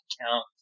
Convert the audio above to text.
account